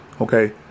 Okay